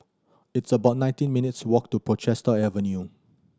it's about nineteen minutes' walk to Portchester Avenue